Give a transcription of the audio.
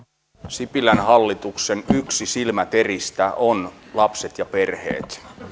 sipilän hallituksen silmäteristä on lapset ja perheet